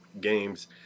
games